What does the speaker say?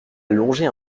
longer